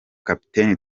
capt